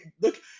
look